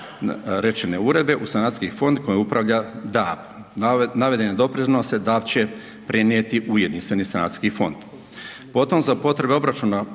rečene Uredbe u sanacijski fond kojom upravlja DAB. Navedene doprinose DAB će prenijeti u jedinstveni sanacijski fond. Potom za potrebe obračuna